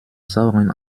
sauren